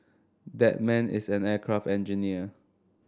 that man is an aircraft engineer